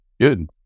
Good